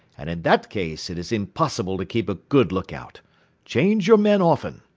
and in that case it is impossible to keep a good look-out change your men often.